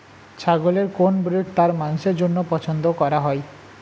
ছাগলের কোন ব্রিড তার মাংসের জন্য পছন্দ করা হয়?